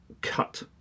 cut